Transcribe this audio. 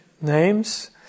names